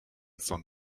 san